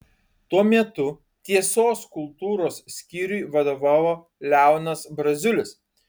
tuo metu tiesos kultūros skyriui vadovavo leonas braziulis